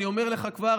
אני אומר לך כבר,